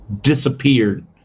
disappeared